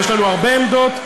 יש לנו הרבה עמדות,